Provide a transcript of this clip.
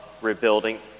rebuilding